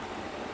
ya